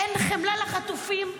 אין חמלה לחטופים?